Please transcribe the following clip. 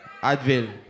Advil